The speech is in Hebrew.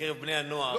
ובקרב בני הנוער,